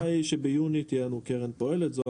הכוונה היא שביוני תהיה לנו קרן פועלת.